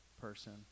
person